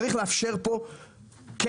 צריך לאפשר פה כסף,